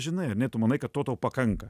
žinai ar ne tu manai kad to tau pakanka